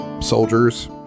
soldiers